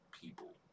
people